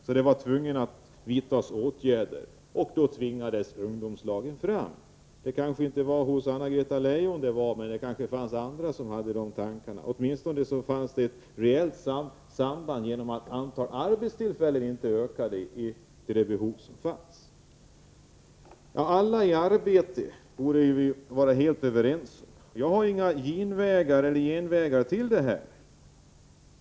Man blev därför tvungen att vidta åtgärder, och då tvingades ungdomslagen fram. Det kanske inte gäller Anna-Greta Leijon, men det var andra som hade dessa tankar. Åtminstone finns det ett reellt samband därigenom att antalet arbetstillfällen inte ökade i förhållande till de behov som fanns. ”Allai arbete” borde vi vara helt överensom om. Jag har inga genvägar för att uppnå det målet.